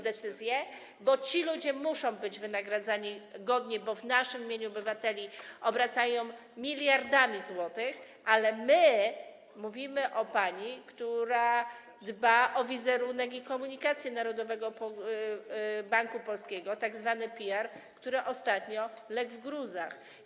decyzje, bo ci ludzie muszą być wynagradzani godnie, bo w naszym imieniu, obywateli, obracają miliardami złotych, ale my mówimy o pani, która dba o wizerunek i komunikację Narodowego Banku Polskiego, tzw. PR, który ostatnio legł w gruzach.